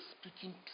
speaking